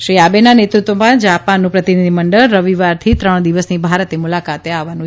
શ્રી આબેના નેતૃત્વમાં જાપાનનું પ્રતિનિધિ મંડળ રવિવારથી ત્રણ દિવસની ભારત મુલાકાતે આવવાનું હતું